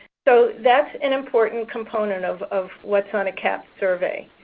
so, that's an important component of of what's on a cahps survey.